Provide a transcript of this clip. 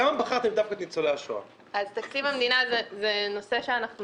למה בחרתם דווקא את ניצולי השואה?